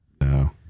no